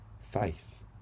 faith